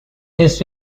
his